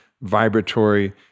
vibratory